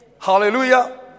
Hallelujah